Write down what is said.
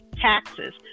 taxes